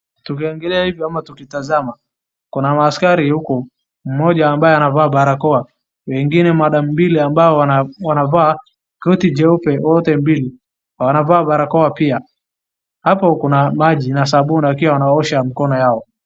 Tukiangalia hivi ama tukitazama , kuna ma askari huku moja ambaye anavaa barakoa wengine madam mbili ambao wana wanavaa koti jeupe wote mbili wanavaa barakoa pia . Hapa kuna maji na sabuni lakini wanaosha mikono yao.